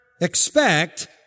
expect